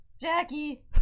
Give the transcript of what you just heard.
Jackie